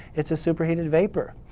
it's a super-heated vapor.